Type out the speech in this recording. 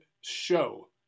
show